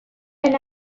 and